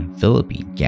Philippine